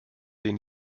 den